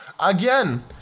Again